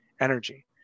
energy